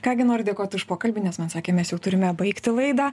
ką gi noriu dėkot už pokalbį nes man sakė mes jau turime baigti laidą